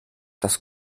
das